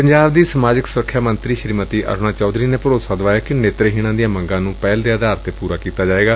ਪੰਜਾਬ ਦੀ ਸਮਾਜਿਕ ਸੁਰੱਖਿਆ ਮੰਤਰੀ ਸ੍ਰੀਮਤੀ ਅਰੁਣਾ ਚੌਧਰੀ ਨੇ ਭਰੋਸਾ ਦੁਆਇਐ ਕਿ ਨੇਤਰਹੀਣਾਂ ਦੀਆਂ ਮੰਗਾਂ ਨੁੰ ਪਹਿਲ ਦੇ ਆਧਾਰ ਤੇ ਪੂਰਾ ਕੀਤਾ ਜਾਏਗਾ